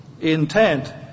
intent